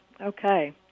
Okay